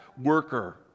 worker